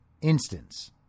instance